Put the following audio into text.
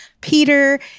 Peter